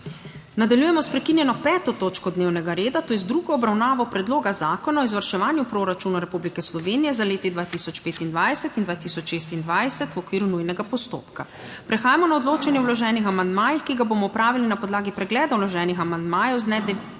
Nadaljujemo s prekinjeno 5. točko dnevnega reda - druga obravnava Predloga zakona o izvrševanju proračuna Republike Slovenije za leti 2025 in 2026, v okviru nujnega postopka. Prehajamo na odločanje o vloženih amandmajih, ki ga bomo opravili na podlagi pregleda vloženih amandmajev z dne 20.